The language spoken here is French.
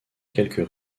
quelques